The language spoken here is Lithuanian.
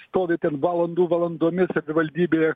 stovi ten valandų valandomis savivaldybėje